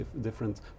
different